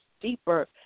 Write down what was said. deeper